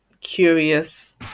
curious